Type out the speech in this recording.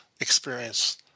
experience